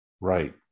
Right